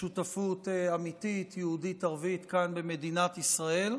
שותפות אמיתית, יהודית-ערבית, כאן במדינת ישראל,